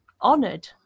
honored